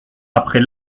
après